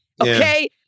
Okay